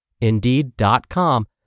Indeed.com